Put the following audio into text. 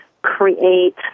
create